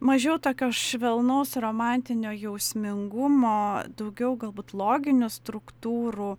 mažiau tokio švelnaus romantinio jausmingumo daugiau galbūt loginių struktūrų